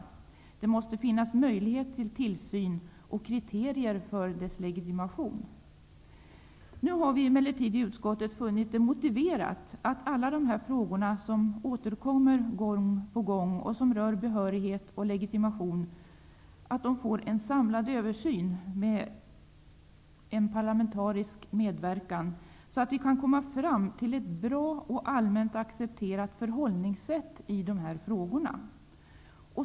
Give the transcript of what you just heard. Det måste finnas möjlighet till tillsyn och kriterier för deslegitimation. Nu har vi emellertid i utskottet funnit det motiverat att alla dessa frågor som återkommer gång på gång, och som rör behörighet och legitimation, får en samlad parlamentarisk översyn, så att vi kan komma fram till ett bra och allmänt accepterat förhållningssätt i dessa frågor.